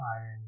iron